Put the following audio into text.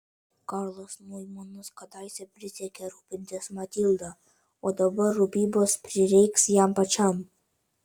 karlas noimanas kadaise prisiekė rūpintis matilda o dabar rūpybos prireiks jam pačiam